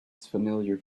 familiar